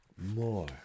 More